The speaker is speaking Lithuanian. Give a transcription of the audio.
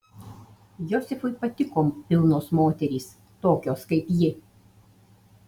josifui patiko pilnos moterys tokios kaip ji